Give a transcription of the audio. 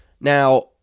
Now